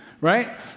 right